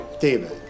david